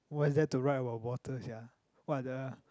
what is there to write about water sia what the